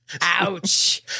Ouch